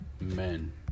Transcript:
men